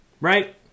Right